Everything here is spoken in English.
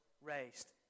raised